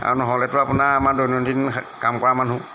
আৰু নহ'লেতো আপোনাৰ আমাৰ দৈনন্দিন কাম কৰা মানুহ